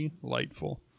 delightful